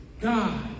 God